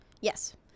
Yes